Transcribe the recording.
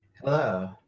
Hello